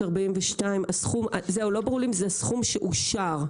49,742; לא ברור לי אם זה סכום שאושר,